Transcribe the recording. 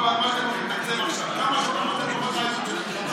על מה שאתם הולכים לתקצב עכשיו?